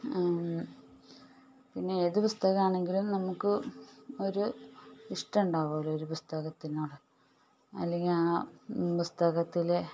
പിന്നെ ഏത് പുസ്തകം ആണെങ്കിലും നമുക്ക് ഒരു ഇഷ്ടമുണ്ടാവുമ ല്ലോ ഒരു പുസ്തകത്തിനോട് അല്ലെങ്കിൽ ആ പുസ്തകത്തിലെ